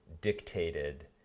dictated